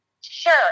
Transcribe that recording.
Sure